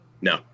No